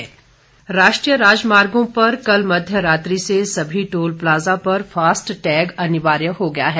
toll plaza राष्ट्रीय राजमार्गों पर कल मध्य रात्रि से सभी टोल प्लाजा पर फास्टैग अनिवार्य हो गया है